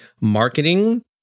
marketing